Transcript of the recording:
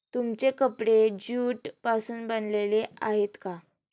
तुमचे कपडे ज्यूट पासून बनलेले आहेत का?